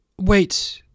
Wait